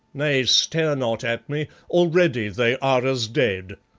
nay, stare not at me. already they are as dead.